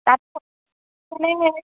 তাত